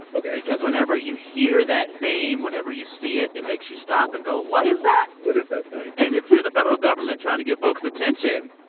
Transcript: ok. because whenever you hear that name, whenever you see it, it makes you stop and go, what is that? what is that thing? and if you're the federal government trying to get folks' attention,